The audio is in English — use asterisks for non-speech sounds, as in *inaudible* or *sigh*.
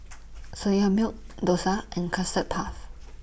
*noise* Soya Milk Dosa and Custard Puff